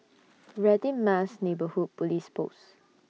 Radin Mas Neighbourhood Police Post